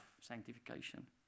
sanctification